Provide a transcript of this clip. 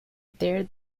there